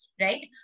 right